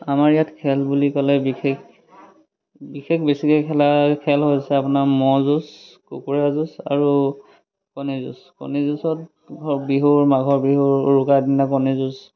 আমাৰ ইয়াত খেল বুলি ক'লে বিশেষ বিশেষ বেছিকৈ খেলা খেল হৈছে আপোনাৰ ম'হ যুঁজ কুকুৰা যুঁজ আৰু কণী যুঁজ কণী যুঁজত বিহুৰ মাঘৰ বিহু উৰুকাৰ দিনা কণী যুঁজ